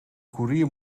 koerier